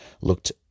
looked